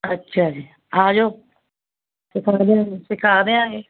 ਅੱਛਾ ਜੀ ਆ ਜਾਓ ਸਿਖਾ ਦਵਾਂਗੇ ਸਿਖਾ ਦਵਾਂਗੇ